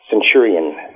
Centurion